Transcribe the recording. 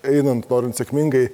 einant norint sėkmingai